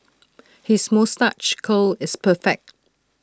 his moustache curl is perfect